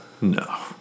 no